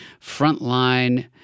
frontline